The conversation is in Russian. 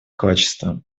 качество